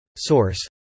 Source